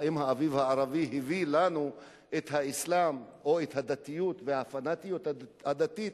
האם האביב הערבי הביא לנו את האסלאם או את הדתיות והפנאטיות הדתית,